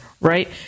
right